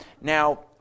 Now